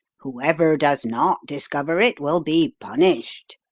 whoever does not discover it will be punished.